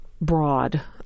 broad